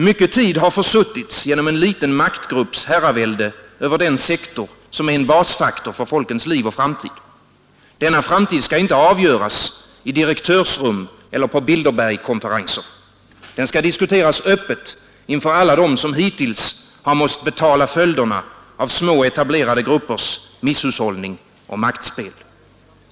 Mycken tid har försuttits genom en liten maktgrupps herravälde över den sektor som är en basfaktor för folkens liv och framtid. Denna framtid skall inte avgöras i direktörsrum eller på Bilderbergkonferenser. Den skall diskuteras öppet inför alla dem som hittills måst betala följderna av små etablerade gruppers misshushållning och maktspel.